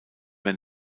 mehr